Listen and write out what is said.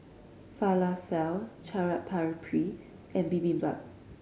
Falafel Chaat Papri and Bibimbap